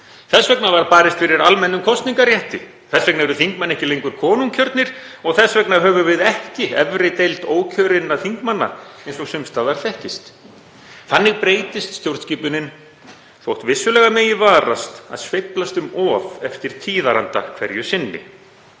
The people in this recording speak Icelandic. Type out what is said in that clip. Þess vegna var barist fyrir almennum kosningarétti. Þess vegna eru þingmenn ekki lengur konungkjörnir og þess vegna höfum við ekki efri deild ókjörinna þingmanna eins og sums staðar þekkist. Þannig breytist stjórnskipunin þótt vissulega megi varast að sveiflast um of eftir tíðaranda hverju sinni.